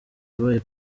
yabaye